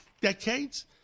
decades